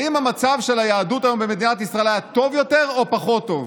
האם המצב של היהדות היום במדינת ישראל היה טוב יותר או טוב פחות?